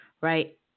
right